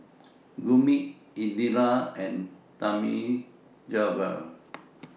Gurmeet Indira and Thamizhavel